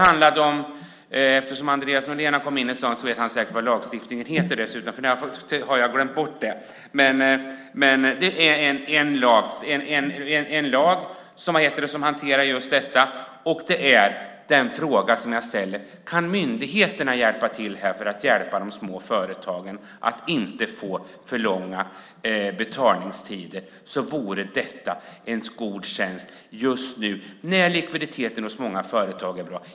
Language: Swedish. Andreas Norlén har kommit in i salen. Han vet säkert vad lagstiftningen heter. Det har jag glömt bort. Det är en lag som hanterar just detta. Den fråga som jag ställde är: Kan myndigheterna hjälpa till så att inte betalningstiderna blir för långa för de små företagen? Det vore en god tjänst just nu när likviditeten hos många företag inte är bra.